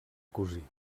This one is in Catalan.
cosir